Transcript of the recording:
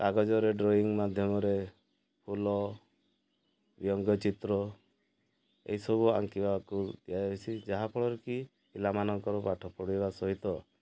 କାଗଜରେ ଡ୍ରଇଂ ମାଧ୍ୟମରେ ଫୁଲ ବ୍ୟଙ୍ଗ ଚିତ୍ର ଏଇସବୁ ଆଙ୍କିବାକୁ ଦିଆଯାଇଛି ଯାହାଫଳରେ କି ପିଲାମାନଙ୍କର ପାଠ ପଢ଼ିବା ସହିତ